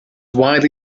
widely